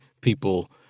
people